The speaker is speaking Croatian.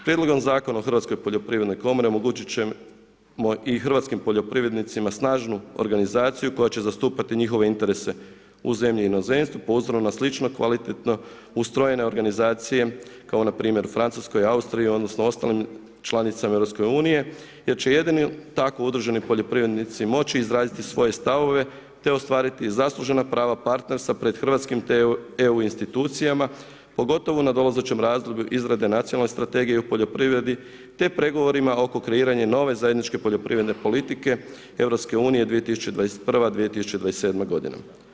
Prijedlogom Zakona o Hrvatskoj poljoprivrednoj komori omogućit ćemo i hrvatskim poljoprivrednicima snažnu organizaciju koja će zastupati njihove interese u zemlji i inozemstvu po uzoru na slično kvalitetno ustrojene organizacije kao npr. Francuskoj, Austriji, odnosno ostalim članicama EU-a jer će jedino tako udruženo poljoprivrednici moći izraziti svoje stavove te ostvariti zaslužena prava partnerstva pred hrvatskim te EU institucijama pogotovo u nadolazećem razdoblju izrade Nacionalne strategije u poljoprivredi te pregovorima oko kreiranja nove zajedničke poljoprivredne politike EU-a 2021.-2027. godina.